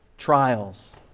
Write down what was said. Trials